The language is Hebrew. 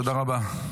תודה רבה.